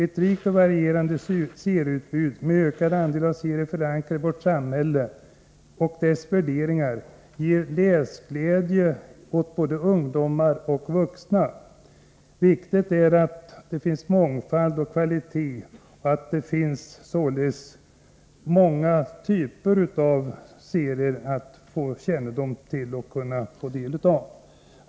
Ett rikt och varierande serieutbud — med ökad andel serier förankrade i vårt samhälle och dess värderingar — ger läsglädje åt både ungdomar och vuxna. Viktigt är att det finns mångfald och kvalitet, att det således finns många typer av serier att få kännedom om och kunna få del av.